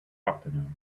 afternoon